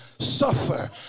suffer